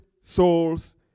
souls